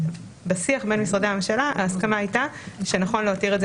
בשיח בין משרדי הממשלה ההסכמה הייתה שנכון להותיר את זה